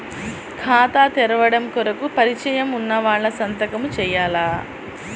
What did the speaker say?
ఖాతా తెరవడం కొరకు పరిచయము వున్నవాళ్లు సంతకము చేయాలా?